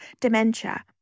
Dementia